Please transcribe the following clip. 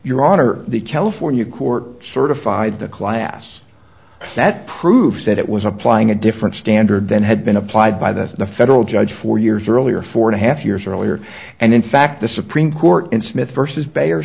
honor the california court certified the class that proves that it was applying a different standard than had been applied by the the federal judge four years earlier four and a half years earlier and in fact the supreme court in smith versus bayer